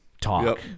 talk